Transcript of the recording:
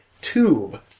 tube